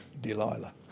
Delilah